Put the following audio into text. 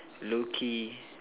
low-key